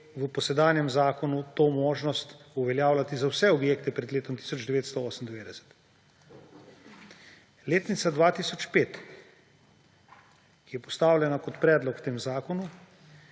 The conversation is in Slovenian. po sedanjem zakonu to možnost uveljavljati za vse objekte pred letom 1998. Letnica 2005, ki je postavljena kot predlog v tem zakonu,